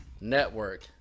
Network